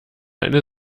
eine